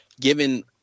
given